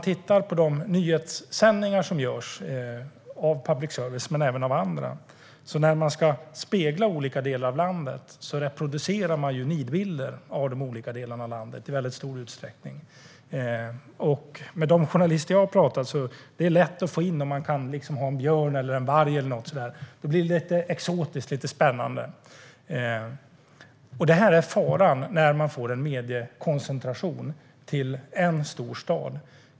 När public service och andra ska spegla olika delar av landet i nyhetssändningar reproducerar man i väldigt stor utsträckning nidbilder av de olika landsdelarna. Jag har pratat med journalister. Det blir lätt så att man ser till att få in en björn, en varg eller något sådant, något lite exotiskt och spännande. Det här är faran när man får en mediekoncentration till en stor stad.